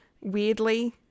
weirdly